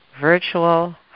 virtual